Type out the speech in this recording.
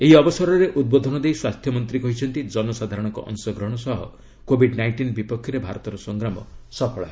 ଏହି ଅବସରରେ ଉଦ୍ବୋଧନ ଦେଇ ସ୍ୱାସ୍ଥ୍ୟମନ୍ତ୍ରୀ କହିଛନ୍ତି ଜନସାଧାରଣଙ୍କ ଅଂଶଗ୍ରହଣ ସହ କୋବିଡ୍ ନାଇଷ୍ଟିନ୍ ବିପକ୍ଷରେ ଭାରତର ସଂଗ୍ରାମ ସଫଳ ହେବ